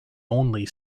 only